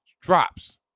drops